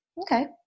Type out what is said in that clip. Okay